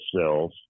cells